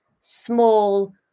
small